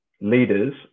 leaders